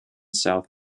south